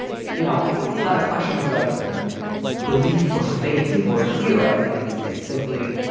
you know, it's not a question of like belief or faith or theorizing. it's it's simply,